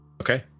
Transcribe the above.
Okay